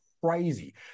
crazy